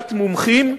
ועדת מומחים,